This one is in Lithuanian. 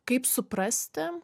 kaip suprasti